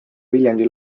viljandi